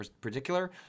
particular